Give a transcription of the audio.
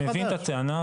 אני מבין את הטענה,